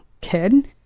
kid